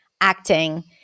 acting